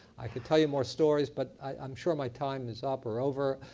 i could tell you more stories, but i'm sure my time is up or over.